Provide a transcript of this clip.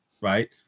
right